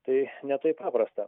tai ne taip paprasta